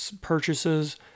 purchases